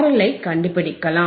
LI கண்டுபிடிக்கலாம்